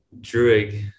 Druid